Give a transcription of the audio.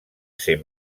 ser